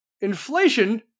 inflation